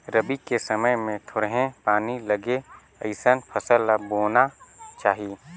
रबी के समय मे थोरहें पानी लगे अइसन फसल ल बोना चाही